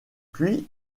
puis